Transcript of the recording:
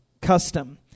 custom